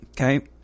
Okay